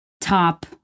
top